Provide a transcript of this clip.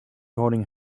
holding